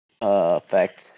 effect